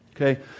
Okay